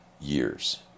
years